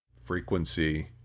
frequency